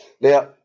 Now